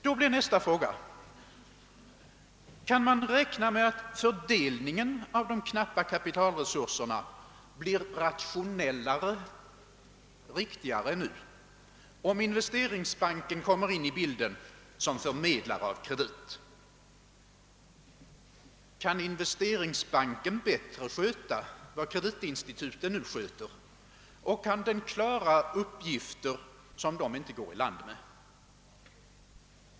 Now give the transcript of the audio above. Då blir nästa fråga om man kan räkna med att fördelningen av de knappa kapitalresurserna blir rationellare och riktigare om investeringsban ken kommer in i bilden som förmedlare av kredit. Kan investeringsbanken bättre sköta vad kreditinstituten nu sköter, och kan den klara uppgifter som dessa inte går i land med?